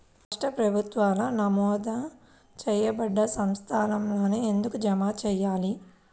రాష్ట్ర ప్రభుత్వాలు నమోదు చేయబడ్డ సంస్థలలోనే ఎందుకు జమ చెయ్యాలి?